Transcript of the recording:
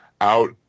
out